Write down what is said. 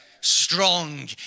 strong